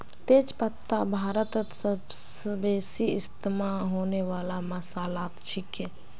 तेज पत्ता भारतत सबस बेसी इस्तमा होने वाला मसालात छिके